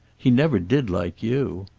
he never did like you.